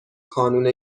کانون